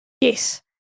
Yes